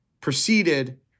proceeded